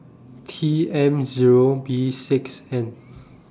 T M Zero B six N